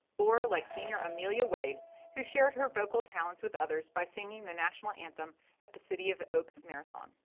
or like senior amelia wade who shared her vocal talents with others by singing the national anthem at the city of oaks marathon.